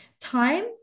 time